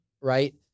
right